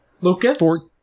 Lucas